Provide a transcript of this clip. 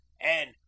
and